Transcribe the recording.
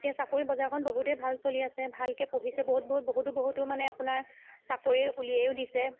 এতিয়া চাকৰি বজাৰখন বহুতেই ভাল চলি আছে ভালকৈ পঢ়িছে বহুত বহুত বহুতো বহুতো মানে আপোনাৰ চাকৰি উলিয়াইয়ো দিছে